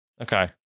Okay